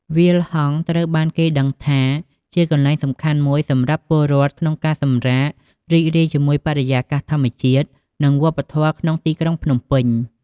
វាលហង្សត្រូវបានគេដឹងថាជាកន្លែងសំខាន់មួយសម្រាប់ពលរដ្ឋក្នុងការសម្រាក រីករាយជាមួយបរិយាកាសធម្មជាតិ និងវប្បធម៌ក្នុងទីក្រុងភ្នំពេញ។